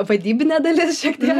vadybinė dalis šiek tiek